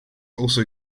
also